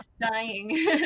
dying